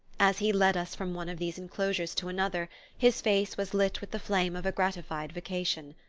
as he led us from one of these enclosures to another his face was lit with the flame of a gratified vocation.